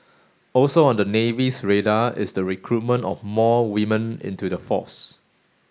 also on the Navy's radar is the recruitment of more women into the force